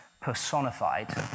personified